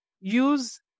use